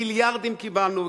מיליארדים קיבלנו.